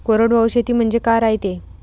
कोरडवाहू शेती म्हनजे का रायते?